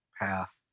path